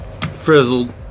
frizzled